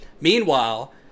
Meanwhile